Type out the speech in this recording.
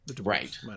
right